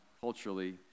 culturally